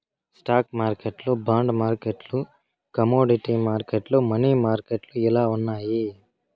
stock మార్కెట్లు bond మార్కెట్లు commodity మార్కెట్లు, మనీ మార్కెట్లు ఇలా ఉన్నాయి